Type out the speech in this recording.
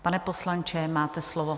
Pane poslanče, máte slovo.